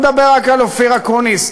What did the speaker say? אבל אני לא מדבר רק על אופיר אקוניס.